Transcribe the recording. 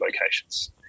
locations